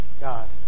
God